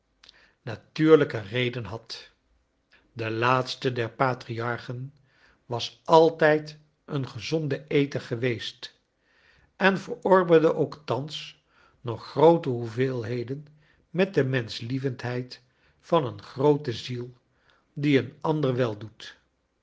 tuurlijke redea had de laatste der patriarchen was altijd een gezonde eter geweest en verorberde ook thans nog groote hoeveelheden met de menschlievendheid van een groote ziel die een ander weldoet